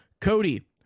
Cody